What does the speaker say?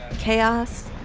chaos,